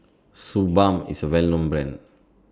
Suu Balm IS A Well known Brand